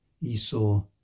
Esau